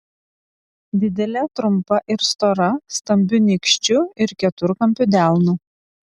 didelė trumpa ir stora stambiu nykščiu ir keturkampiu delnu